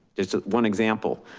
just one example.